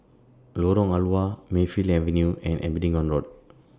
Lorong Halwa Mayfield Avenue and Abingdon Road